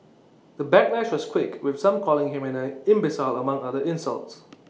the backlash was quick with some calling him an I imbecile among other insults